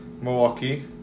Milwaukee